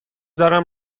دارم